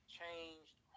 changed